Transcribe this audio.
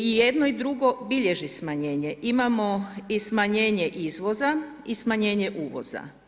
I jedno i drugo bilježi smanjenje, imamo i smanjenje izvoza i smanjene uvoza.